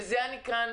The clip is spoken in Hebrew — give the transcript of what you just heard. אני יושבת כאן,